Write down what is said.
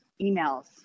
emails